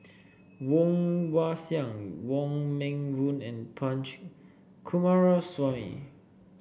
Woon Wah Siang Wong Meng Voon and Punch Coomaraswamy